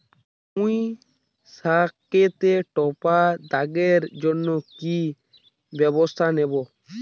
পুই শাকেতে টপা দাগের জন্য কি ব্যবস্থা নেব?